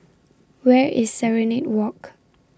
Where IS Serenade Walk